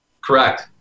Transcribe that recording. Correct